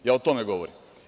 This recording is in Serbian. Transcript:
Ja o tome govorim.